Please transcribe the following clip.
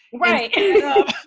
Right